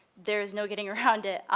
there is no getting around it.